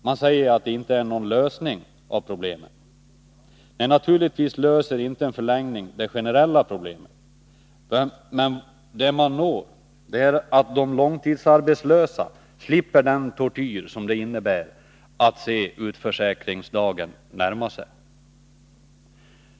Man säger att det inte är någon lösning av problemen. Nej, naturligtvis löser inte en förlängning det generella problemet, men det man når är att de långtidsarbetslösa slipper den tortyr som det innebär att se utförsäkringsdagen närma sig.